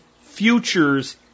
futures